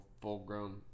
full-grown